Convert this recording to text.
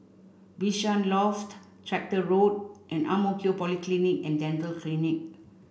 Bishan Loft Tractor Road and Ang Mo Kio Polyclinic and Dental Clinic